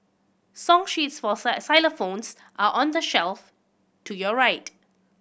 song sheets for xylophones are on the shelf to your right